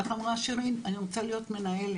איך אמרה שירין "אני רוצה להיות מנהלת,